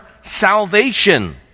salvation